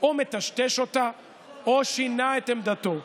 או מטשטש אותה או שינה את עמדתו.